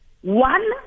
one